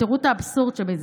תראו את האבסורד שבזה: